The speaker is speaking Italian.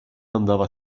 andava